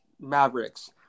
Mavericks